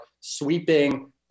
sweeping